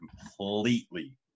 completely